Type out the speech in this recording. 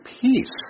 peace